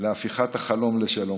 להפיכת החלום לשלום.